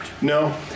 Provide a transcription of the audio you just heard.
No